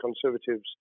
Conservatives